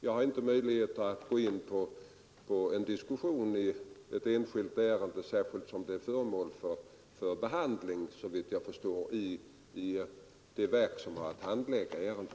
Jag har inte möjligheter att gå in på en diskussion i ett enskilt ärende, särskilt som detta såvitt jag förstår är föremål för behandling i det verk som har att handlägga frågan.